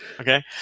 Okay